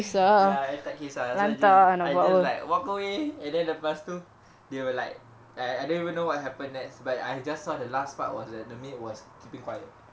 ya I tak kisah so I just like walk away and then lepas tu they were like I I don't even know what happened next but I just saw the last part was that the maid was keeping quiet